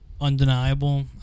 undeniable